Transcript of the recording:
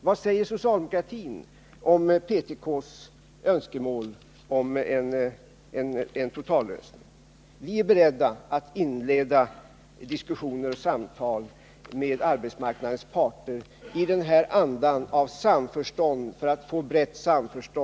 Vad säger socialdemokratin om PTK:s önskemål om en totallösning? Vi är beredda att inleda diskussioner och samtal med arbetsmarknadens parter i en anda av samförstånd.